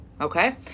Okay